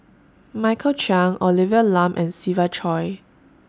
Michael Chiang Olivia Lum and Siva Choy